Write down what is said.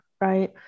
right